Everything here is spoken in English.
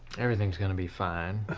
everything's gonna be fine.